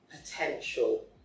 potential